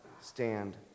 stand